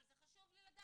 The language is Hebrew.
אבל זה חשוב לי לדעת.